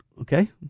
okay